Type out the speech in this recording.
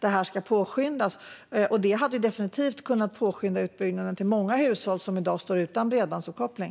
Det hade definitivt kunnat påskynda utbyggnaden till många hushåll som i dag står utan bredbandsuppkoppling.